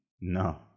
No